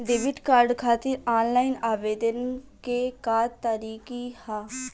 Debit card खातिर online आवेदन के का तरीकि ह?